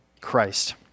Christ